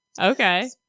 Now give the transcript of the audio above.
okay